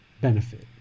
benefit